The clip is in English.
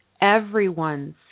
everyone's